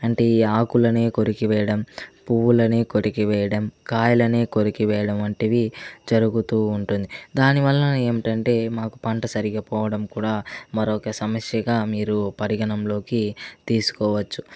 అంటే ఈ ఆకులని కొరికి వేయడం పువ్వులని కొరికి వేయడం కాయలని కొరికి వేయడం వంటివి జరుగుతూ ఉంటుంది దాని వలన ఏంటంటే మాకు పంట సరిగ్గా పోవడం కూడా మరొక సమస్యగా మీరు పరిగణంలోకి తీసుకోవచ్చు